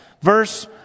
Verse